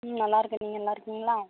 ம் நல்லாருக்கேன் நீங்கள் நல்லாருக்கீங்களா